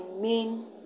main